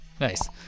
Nice